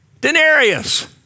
denarius